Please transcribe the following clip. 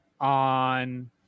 on